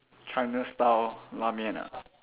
China style La-Mian ah